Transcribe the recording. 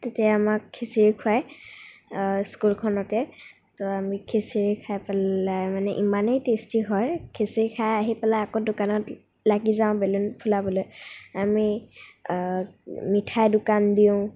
তেতিয়া আমাক খিচিৰি খুৱাই স্কুলখনতে তৌ আমি খিচিৰি খাই পেলাই মানে ইমানেই টেষ্টী হয় খিচিৰি খাই আহি পেলাই আকৌ দোকানত লাগি যাওঁ বেলুন ফুলাবলৈ আমি মিঠাইৰ দোকান দিওঁ